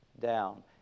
down